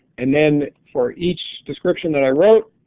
and then for each description that i wrote,